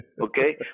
Okay